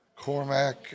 Cormac